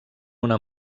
una